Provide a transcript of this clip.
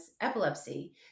epilepsy